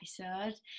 episode